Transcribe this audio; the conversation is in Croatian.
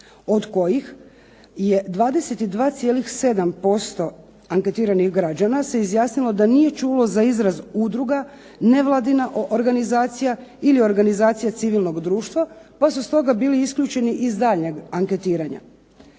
od kojih je 22,7% anketiranih građana se izjasnilo da nije čulo za izraz udruga, nevladina organizacija ili Organizacija civilnog društva, pa su stoga bili isključeni iz daljnjeg anketiranja.